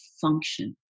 function